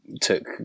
took